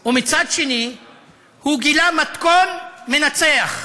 ומצד שני הוא גילה מתכון מנצח,